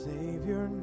Savior